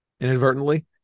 inadvertently